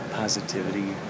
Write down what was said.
positivity